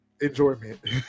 enjoyment